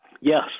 Yes